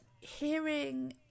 hearing